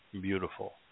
beautiful